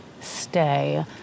stay